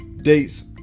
dates